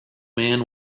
man